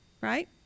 right